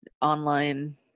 online